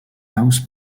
house